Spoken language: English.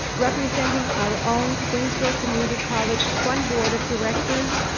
representing our own queensborough community college fund board of directors,